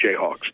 Jayhawks